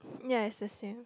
yes the same